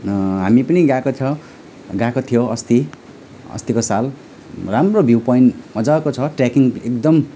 हामी पनि गएको छ गएको थियो अस्ति अस्तिको साल राम्रो भिउ पोइन्ट मजाको छ ट्रेकिङ एकदम